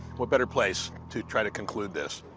what better place to try to conclude this?